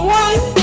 one